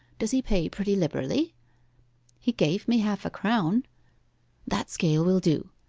does he pay pretty liberally he gave me half-a-crown that scale will do.